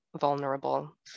vulnerable